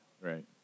Right